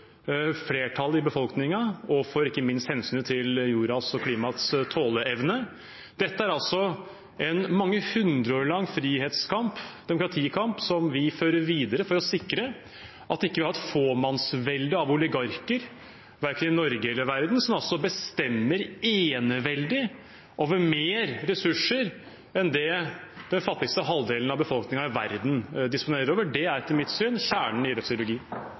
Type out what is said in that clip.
flertallet i befolkningen og ikke minst av hensyn til jordas og klimaets tåleevne. Dette er en mange hundre år lang frihetskamp, demokratikamp, som vi fører videre, for å sikre at vi ikke har et fåmannsvelde av oligarker – verken i Norge eller i verden – som bestemmer eneveldig over flere ressurser enn det den fattigste halvdelen av befolkningen i verden disponerer over. Det er etter mitt syn kjernen i